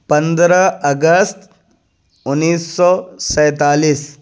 پندرہ اگست انیس سو سینتالیس